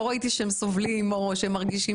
לא ראיתי שהם סובלים או שהם מרגישים